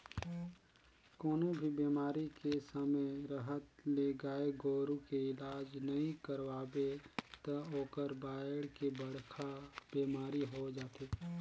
कोनों भी बेमारी के समे रहत ले गाय गोरु के इलाज नइ करवाबे त ओहर बायढ़ के बड़खा बेमारी होय जाथे